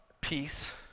peace